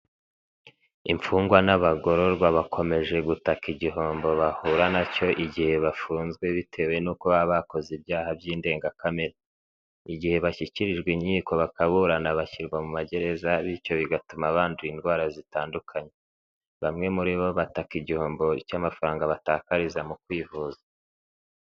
Imfungwa n'abagororwa bakomeje gutaka igihombo bahura na cyo igihe bafunzwe bitewe n'uko abakoze ibyaha by'indengakamere. Igihe bashyikirijwe inkiko bakaburana bashyirwa mu magereza bityo bigatuma bandura indwara zitandukanye. Bamwe muri bo bataka igihombo cy'amafaranga batakariza mu kwivuza.